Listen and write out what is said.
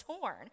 torn